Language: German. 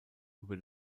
über